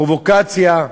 פרובוקציה,